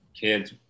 kids